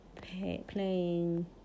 playing